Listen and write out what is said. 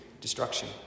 destruction